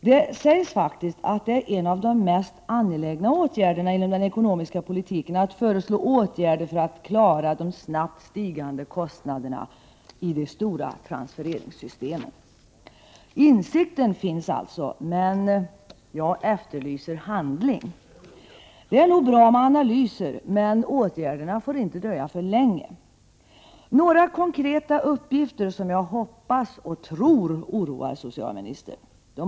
Det sägs faktiskt att en av de mest angelägna åtgärderna inom den ekonomiska politiken är att föreslå åtgärder för att klara de snabbt stigande kostnaderna i de stora transfereringssystemen. Insikten finns således, men jag efterlyser handling. Det är nog bra med analyser, men åtgärderna får inte dröja för länge! Jag skall ge några konkreta uppgifter som jag hoppas, och tror, oroar socialministern.